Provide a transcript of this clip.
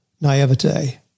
naivete